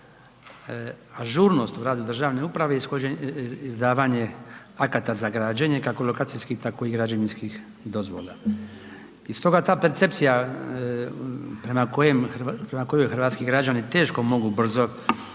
ažurnost u radu državne uprave, izdavanje akata za građenje, kako lokacijskih, tako i građevinskih dozvola. I stoga ta percepcija prema kojoj hrvatski građani teško mogu brzo